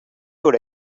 would